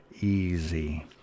easy